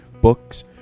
books